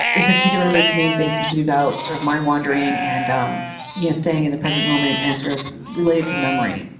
in particular its main thing seems to be about sort of mind-wandering and um you know staying in the present moment, and sort of related to memory.